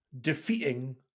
defeating